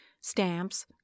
stamps